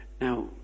Now